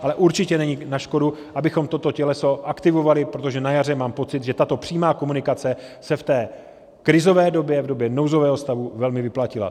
Ale určitě není na škodu, abychom toto těleso aktivovali, protože na jaře, mám pocit, se tato přímá komunikace v té krizové době, v době nouzového stavu, velmi vyplatila.